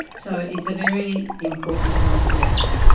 so it's a very important concept.